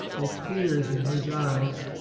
with tears in his eyes,